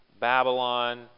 Babylon